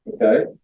Okay